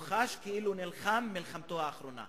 הם חשים כאילו הם נלחמים את מלחמתם האחרונה,